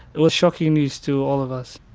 it was shocking news to all of us.